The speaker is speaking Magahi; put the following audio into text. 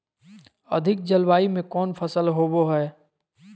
अधिक जलवायु में कौन फसल होबो है?